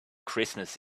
christmas